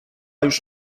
już